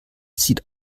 sieht